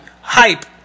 Hype